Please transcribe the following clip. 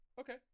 Okay